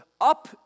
up